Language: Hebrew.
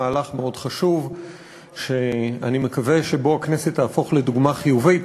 מהלך מאוד חשוב שאני מקווה שבו הכנסת תהפוך לדוגמה חיובית